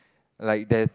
like that